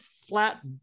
flat